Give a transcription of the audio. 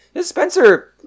Spencer